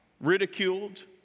ridiculed